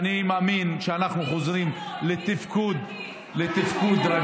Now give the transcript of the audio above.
ואני מאמין שאנחנו חוזרים לתפקוד רגיל.